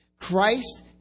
Christ